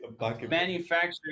manufactured